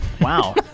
Wow